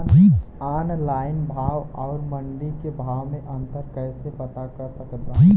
Online भाव आउर मंडी के भाव मे अंतर कैसे पता कर सकत बानी?